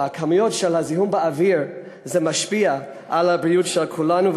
הכמויות של זיהום האוויר משפיעה על הבריאות של כולנו,